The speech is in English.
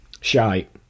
Shite